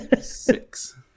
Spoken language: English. Six